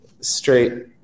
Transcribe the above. straight